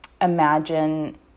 imagine